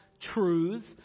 truths